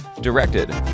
directed